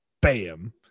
Bam